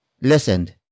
listened